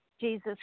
Jesus